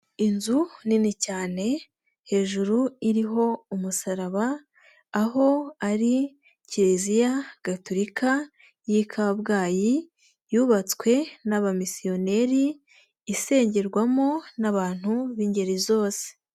Inzu nini cyane hejuru iriho umusaraba aho ari Kiliziya Gatulika y'i Kabgayi yubatswe n'abamisiyoneri isengerwamo n'abantu b'ingeri zose.